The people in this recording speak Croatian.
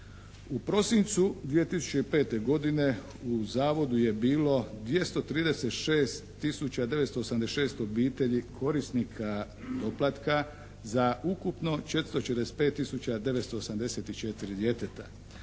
U prosincu 2005. godine u Zavodu je bilo 236 tisuća 986 obitelji korisnika doplatka za ukupno 445 tisuća 984 djeteta.